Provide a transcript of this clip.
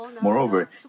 Moreover